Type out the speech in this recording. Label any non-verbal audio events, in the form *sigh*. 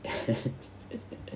*laughs*